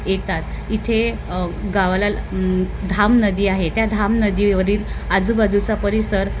येतात इथे गावाला धाम नदी आहे त्या धाम नदीवरील आजूबाजूचा परिसर